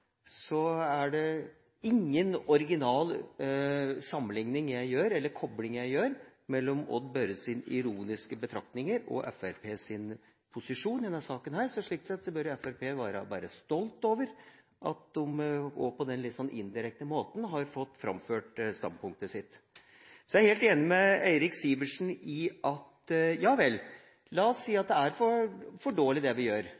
Så Fremskrittspartiet bør bare være stolt over at de på denne litt indirekte måten har fått framført standpunktet sitt. Så er jeg helt enig med Eirik Sivertsen i at ja vel, la oss si at det er for dårlig det vi gjør,